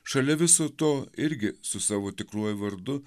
šalia viso to irgi su savo tikruoju vardu